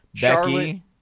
Becky